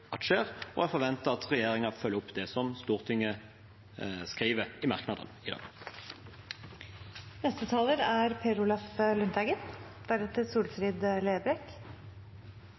og jeg forventer at regjeringen følger opp det som Stortinget skriver i merknadene i